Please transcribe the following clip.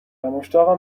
مشتاقم